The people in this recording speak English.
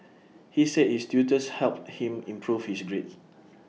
he said his tutors helped him improve his grades